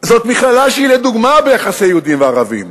זאת מכללה שהיא לדוגמה ביחסי יהודים וערבים,